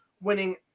winning